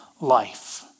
life